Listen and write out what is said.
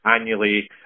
annually